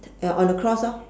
uh on a cross lor